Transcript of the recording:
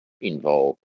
involved